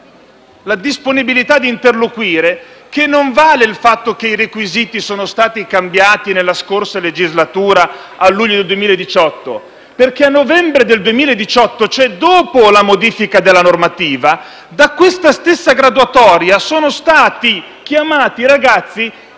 la disponibilità a interloquire - che non vale obiettare che i requisiti sono stati cambiati nella scorsa legislatura, a luglio 2018. Infatti, a novembre 2018, ossia dopo la modifica della normativa, da questa stessa graduatoria sono stati chiamati i ragazzi